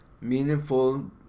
meaningful